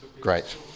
Great